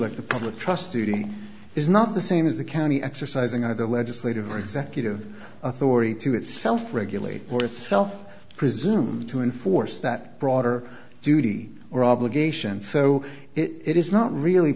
like the public trust duty is not the same as the county exercising of the legislative or executive authority to itself regulate or itself presume to enforce that broader duty or obligation so it is not really